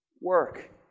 Work